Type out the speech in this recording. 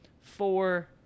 four